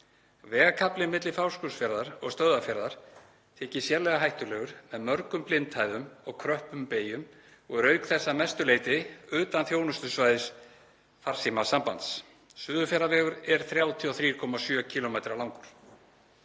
Vegarkaflinn milli Fáskrúðsfjarðar og Stöðvarfjarðar þykir sérlega hættulegur með mörgum blindhæðum og kröppum beygjum og er auk þess að mestu leyti utan þjónustusvæðis farsímasambands. Suðurfjarðavegur er 33,7 km langur.